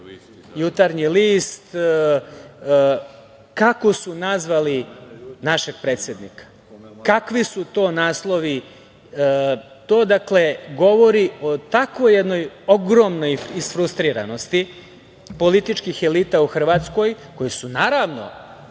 "Jutarnji list", kako su nazvali našeg predsednika, kakvi su to naslovi. To govori o jednoj ogromnoj isfrustriranosti političkih elita u Hrvatskoj koji su, naravno,